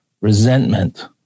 Resentment